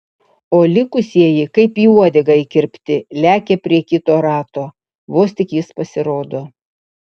o likusieji kaip į uodegą įkirpti lekia prie kito rato vos tik jis pasirodo